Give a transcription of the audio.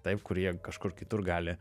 taip kur jie kažkur kitur gali